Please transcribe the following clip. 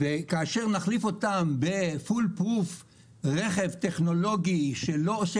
וכאשר נחליף את הרכבים ברכב טכנולוגי שהוא full proof שלא עושה